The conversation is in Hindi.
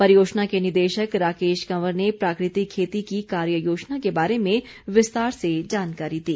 परियोजना के निदेशक राकेश कंवर ने प्राकृतिक खेती की कार्य योजना के बारे में विस्तार से जानकारी दी